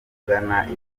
ugana